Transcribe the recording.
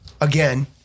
again